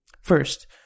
First